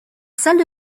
salle